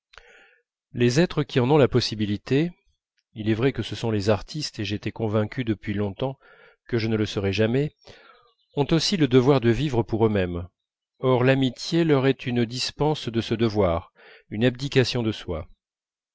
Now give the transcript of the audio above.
les êtres qui en ont la possibilité il est vrai que ce sont les artistes et j'étais convaincu depuis longtemps que je ne le serais jamais ont aussi le devoir de vivre pour eux-mêmes or l'amitié leur est une dispense de ce devoir une abdication de soi